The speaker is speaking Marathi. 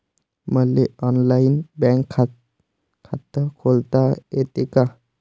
मले ऑनलाईन बँक खात खोलता येते का?